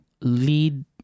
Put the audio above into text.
lead